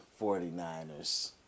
49ers